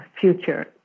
future